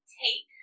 take